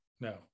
no